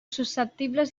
susceptibles